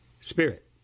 Spirit